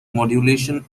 modulation